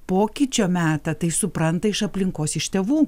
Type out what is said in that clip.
pokyčio metą tai supranta iš aplinkos iš tėvų